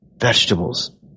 vegetables